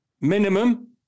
minimum